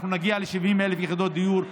אנחנו נגיע ל-70,000 יחידות דיור,